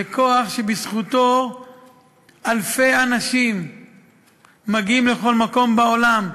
לכוח שבזכותו אלפי אנשים מגיעים לכל מקום בעולם,